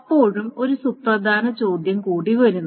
അപ്പോഴും ഒരു സുപ്രധാന ചോദ്യം കൂടി വരുന്നു